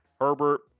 Herbert